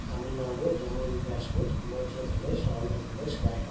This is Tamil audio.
தமிழ்நாடு ஜம்மு அண்ட் காஷ்மீர் ஹிமாச்சல பிரதேஷ் ஆந்திரப் பிரதேஷ் கேரளா